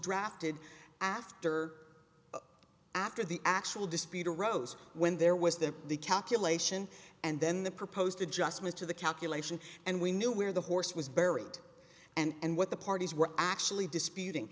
drafted after after the actual dispute arose when there was that the calculation and then the proposed adjustment to the calculation and we knew where the horse was buried and what the parties were actually disputing